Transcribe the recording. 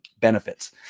benefits